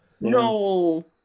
No